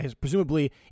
presumably